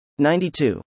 92